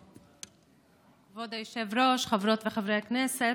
כבוד היושב-ראש, חברות וחברי הכנסת,